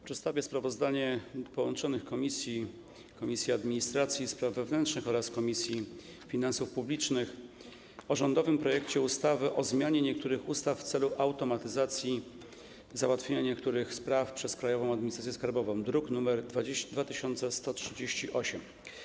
Przedstawię sprawozdanie połączonych Komisji: Administracji i Spraw Wewnętrznych oraz Finansów Publicznych o rządowym projekcie ustawy o zmianie niektórych ustaw w celu automatyzacji załatwiania niektórych spraw przez Krajową Administrację Skarbową, druk nr 2138.